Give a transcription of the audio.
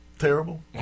Terrible